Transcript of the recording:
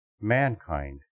mankind